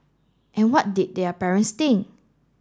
and what did their parents think